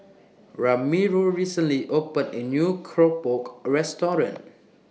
Ramiro recently opened A New Keropok Restaurant